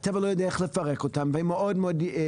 הטבע לא יודע איך לפרק אותם והם מאוד יציבים.